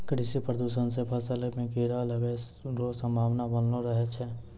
कृषि प्रदूषण से फसल मे कीड़ा लागै रो संभावना वनलो रहै छै